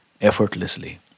effortlessly